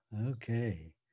okay